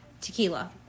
tequila